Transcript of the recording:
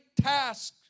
tasks